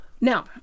Now